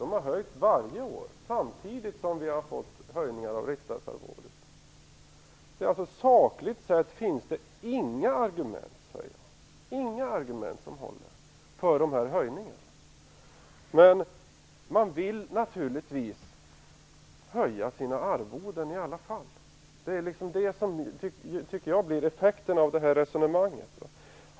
De har höjts varje år samtidigt som vi har fått höjning av riksdagsarvodet. Sakligt sett finns det inga argument för de här höjningarna som håller. Men man vill naturligtvis höja sina arvoden i alla fall. Det är det som blir effekten av det här resonemanget.